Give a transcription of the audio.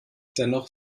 dennoch